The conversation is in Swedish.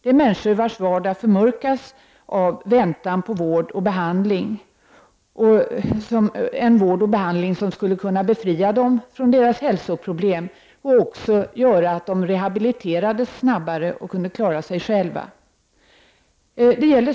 Dessa människors vardag förmörkas av väntan på en vård och behandling som skulle kunna befria dem från deras hälsoproblem samt också göra att de snabbare rehabiliterades för att kunna klara sig själva.